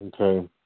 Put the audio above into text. Okay